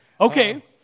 Okay